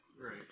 right